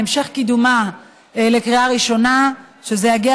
להמשך קידומה לקריאה ראשונה זה יגיע